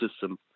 system